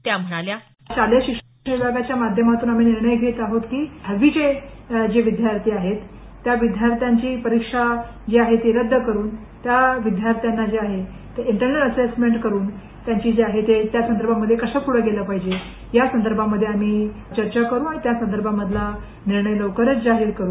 त्या म्हणाल्या शालेय शिक्षण विभागाच्या माध्यमातून आम्ही निर्णय घेत आहोत की दहावीचे जे विद्यार्थी आहेत त्या विद्यार्थ्यांची परीक्षा जी आहे ती रद्द करून त्या विद्यार्थ्यांना जे आहे ते इंटरनल एसेसमेंट करून त्या संदर्भात कशा प्रढे गेल्या पाहिजे या संदर्भामधे आम्ही चर्चा करू आणि त्यासंदर्भामधला निर्णय लवकरच जाहीर करून